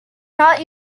not